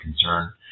concern